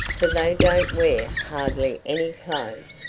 for they don't wear hardly any clothes.